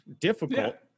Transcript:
Difficult